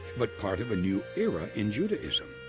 but part of a new era in judaism,